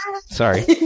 Sorry